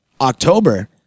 October